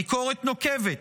ביקורת נוקבת,